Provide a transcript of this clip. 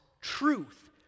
truth